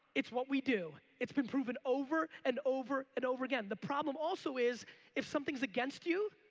it's what we do. it's been proven over and over and over again. the problem also is if something's against you,